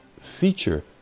feature